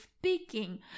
speaking